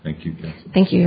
thank you thank you